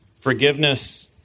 Forgiveness